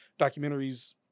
documentaries